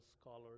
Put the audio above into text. scholars